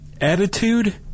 attitude